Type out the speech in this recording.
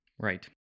right